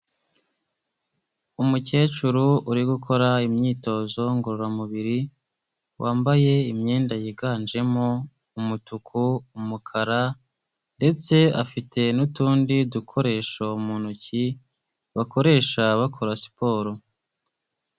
Umukecuru uri gukora imyitozo ngororamubiri wambaye imyenda yiganjemo umutuku, umukara ndetse afite n'utundi dukoresho mu ntoki bakoresha bakora siporo.